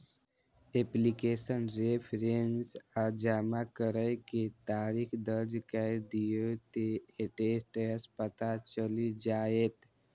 application reference आ जमा करै के तारीख दर्ज कैर दियौ, ते स्टेटस पता चलि जाएत